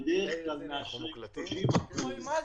בגלל שהשכר במגזר הציבורי עלה בשנה האחרונה.